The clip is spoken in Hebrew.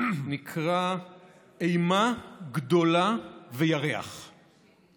נקרא "אימה גדולה וירח";